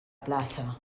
plaça